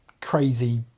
crazy